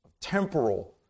Temporal